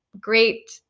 great